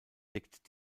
deckt